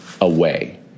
away